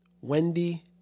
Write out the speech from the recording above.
Wendy